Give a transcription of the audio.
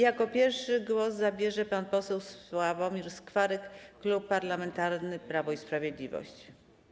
Jako pierwszy głos zabierze pan poseł Sławomir Skwarek, Klub Parlamentarny Prawo i Sprawiedliwość.